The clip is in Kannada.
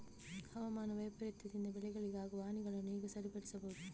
ಹವಾಮಾನ ವೈಪರೀತ್ಯದಿಂದ ಬೆಳೆಗಳಿಗೆ ಆಗುವ ಹಾನಿಗಳನ್ನು ಹೇಗೆ ಸರಿಪಡಿಸಬಹುದು?